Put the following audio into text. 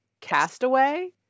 Castaway